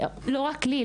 לא רק לי,